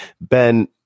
Ben